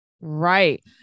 Right